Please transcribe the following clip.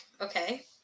Okay